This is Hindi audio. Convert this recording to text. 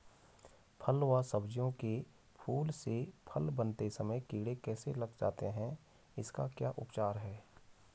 फ़ल व सब्जियों के फूल से फल बनते समय कीड़े कैसे लग जाते हैं इसका क्या उपचार है?